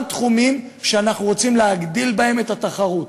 תחומים שאנחנו רוצים להגדיל בהם את התחרות,